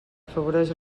afavoreix